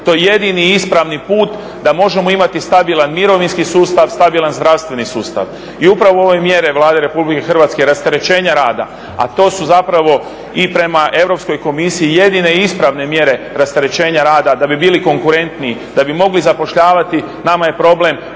to je jedini ispravni put da možemo imati stabilan mirovinski sustav, stabilan zdravstveni sustav. I upravo ove mjere Vlade RH rasterećenja rada, a to zapravo i prema Europskoj komisiji jedine ispravne mjere rasterećenja rada da bi bili konkurentni da bi mogli zapošljavati nama je problem